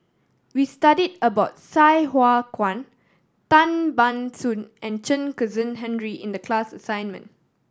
we studied about Sai Hua Kuan Tan Ban Soon and Chen Kezhan Henri in the class assignment